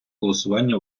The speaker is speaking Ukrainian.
голосування